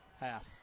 half